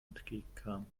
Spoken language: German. entgegenkam